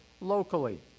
locally